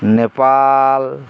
Nepal